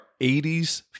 80s